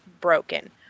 broken